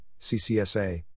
CCSA